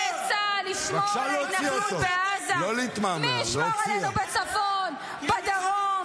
צבאי בעזה אינו חלק ממטרות המלחמה,